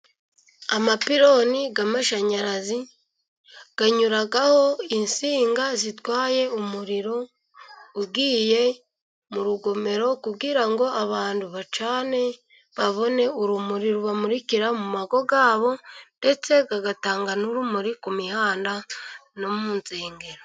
Amapironi y'amashanyarazi anyuraho insinga zitwaye umuriro, ugiye mu rugomero kugira ngo abantu bacane, babone urumuri rubamurikira mu ngo zabo, ndetse agatanga n'urumuri ku mihanda no mu nsengengero.